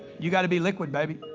you gotta be liquid, baby.